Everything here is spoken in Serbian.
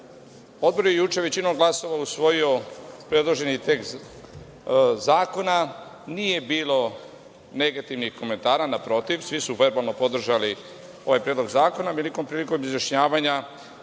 je juče većinom glasova usvojio predloženi tekst zakona. Nije bilo negativnih komentara, naprotiv, svi su verbalno podržali ovaj Predlog zakona. Prilikom izjašnjavanja